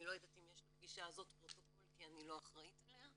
אני לא יודעת אם יש לפגישה הזאת פרוטוקול כי אני לא אחראית עליה,